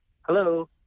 hello